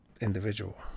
individual